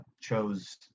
chose